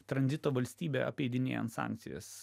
tranzito valstybė apeidinėjant sankcijas